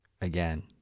Again